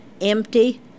empty